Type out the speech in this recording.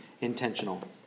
intentional